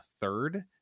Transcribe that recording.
third